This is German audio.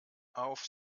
auf